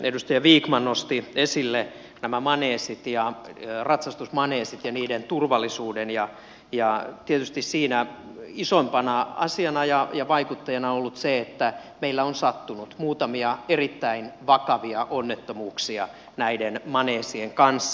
edustaja vikman nosti esille nämä ratsastusmaneesit ja niiden turvallisuuden ja tietysti siinä isoimpana asiana ja vaikuttajana on ollut se että meillä on sattunut muutamia erittäin vakavia onnettomuuksia näiden maneesien kanssa